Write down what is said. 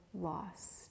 lost